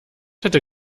hätte